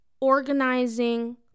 organizing